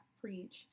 preach